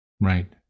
right